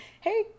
Hey